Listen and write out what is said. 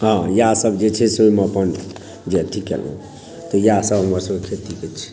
हॅं इएह सभ जे छै से ओहिमे अपन जे अथी केलहुॅं तऽ इएह सभ हमर सभक खेती कऽ छै